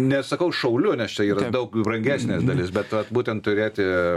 nesakau šauliu nes čia yra daug brangesnė dalis bet vat būtent turėti